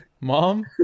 mom